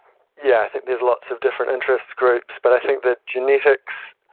yeah think there's lots of different interest groups, but i think the genetics